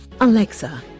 Alexa